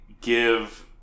give